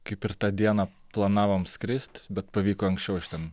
kaip ir tą dieną planavom skrist bet pavyko anksčiau iš ten